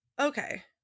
Okay